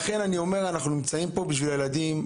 לכן אני אומר שאנחנו נמצאים פה בשביל הילדים.